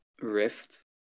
rift